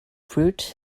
fruit